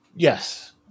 Yes